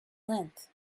length